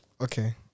Okay